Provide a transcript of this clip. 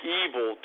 evil